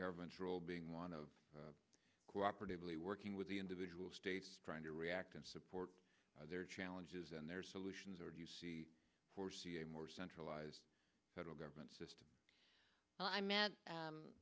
government's role being one of cooperatively working with the individual states trying to react and support their challenges and their solutions or do you see foresee a more centralized federal government system i met